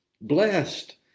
Blessed